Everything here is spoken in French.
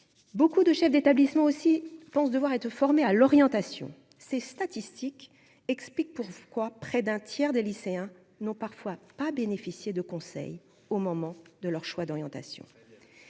beaucoup de chefs d'établissement aussi pense devoir être formée à l'orientation ces statistiques. Explique pourquoi près d'un tiers des lycéens n'ont parfois pas bénéficier de conseils au moment de leur choix d'orientation